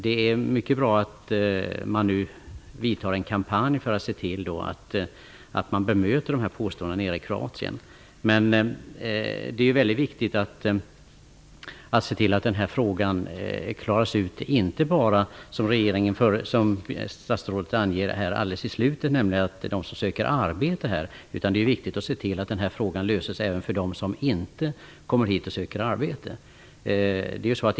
Det är mycket bra att man nu har inlett en kampanj för att bemöta dessa påståenden nere i Kroatien. I slutet av statsrådets svar talar statsrådet om personer som söker arbete här. Det är viktigt att den här frågan inte bara reds ut för de personerna utan även för dem som inte kommer hit och söker arbete.